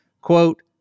Quote